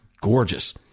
gorgeous